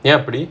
ya pretty